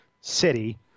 city